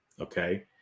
Okay